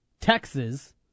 Texas